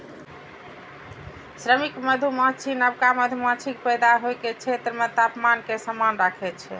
श्रमिक मधुमाछी नवका मधुमाछीक पैदा होइ के क्षेत्र मे तापमान कें समान राखै छै